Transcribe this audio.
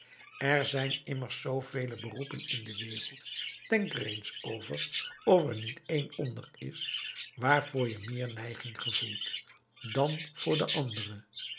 er zijn immers zoovele beroepen in de wereld denk er eens over of er niet één onder is waarvoor je meer neiging gevoelt dan voor de andere